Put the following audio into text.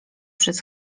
przez